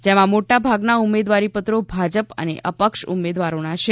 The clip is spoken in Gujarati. જેમાં મોટાભાગના ઉમેદવારીપત્રો ભાજપ અને અપક્ષ ઉમેદવારોના છે